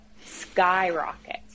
skyrocket